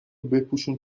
بپوشون